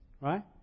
Right